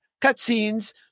cutscenes